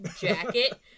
jacket